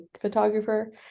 photographer